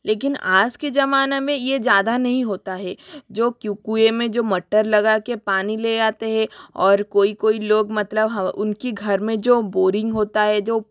लेकिन आज के ज़माने में ये ज़्यादा नहीं होता है जो क्यू कुएं में जो मटर लगा कर पानी ले आते हैं और कोई कोई लोग मतलब उनके घर में जो बोरिंग होती है जो